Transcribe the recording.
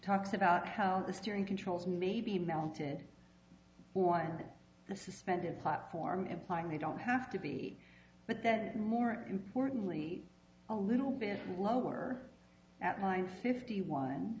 talks about how the steering controls may be mounted on a suspended platform implying they don't have to be but then more importantly a little bit lower at nine fifty one